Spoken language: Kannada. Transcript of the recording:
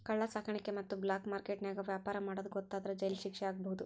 ಕಳ್ಳ ಸಾಕಾಣಿಕೆ ಮತ್ತ ಬ್ಲಾಕ್ ಮಾರ್ಕೆಟ್ ನ್ಯಾಗ ವ್ಯಾಪಾರ ಮಾಡೋದ್ ಗೊತ್ತಾದ್ರ ಜೈಲ್ ಶಿಕ್ಷೆ ಆಗ್ಬಹು